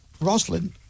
Roslyn